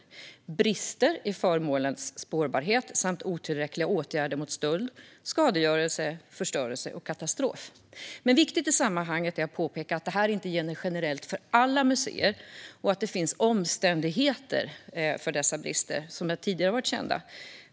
Det är brister i föremålens spårbarhet samt otillräckliga åtgärder mot stöld, skadegörelse, förstörelse och katastrof. Viktigt i sammanhanget är att påpeka att detta inte gäller generellt för alla museer och att det finns omständigheter för dessa brister som tidigare varit kända.